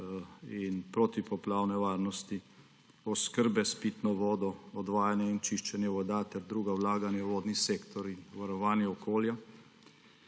in protipoplavne varnosti, oskrbe s pitno vodo, odvajanje in čiščenje voda ter druga vlaganja v vodni sektor in varovanje okolja,